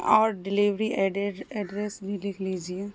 اور delivery address بھی لکھ لیجیے